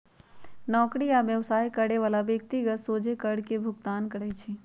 नौकरी आ व्यवसाय करे बला व्यक्ति सोझे कर के भुगतान करइ छै